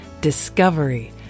discovery